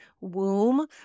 womb